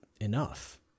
enough